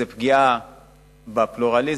זו פגיעה בפלורליזם,